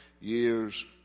years